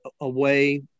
away